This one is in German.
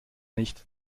nicht